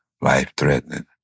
life-threatening